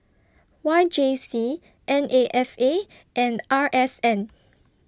Y J C N A F A and R S N